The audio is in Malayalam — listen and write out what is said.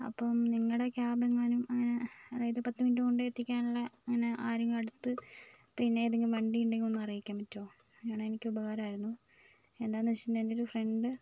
അപ്പം നിങ്ങളുടെ ക്യാബ് എങ്ങാനും അങ്ങനെ അതായത് പത്ത് മിനിറ്റ് കൊണ്ട് എത്തിക്കാനുള്ള അങ്ങനെ ആരെങ്കിലും അടുത്ത് പിന്നെ ഏതേങ്കിലും വണ്ടിയുണ്ടെങ്കിൽ ഒന്ന് അറിയിക്കാൻ പറ്റുവൊ അങ്ങനെയാണെൽ എനിക്ക് ഉപകാരമായിരുന്നു എന്താന്ന് വെച്ചിട്ടുണ്ടെൽ എൻ്റെ ഒരു ഫ്രണ്ട്